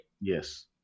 Yes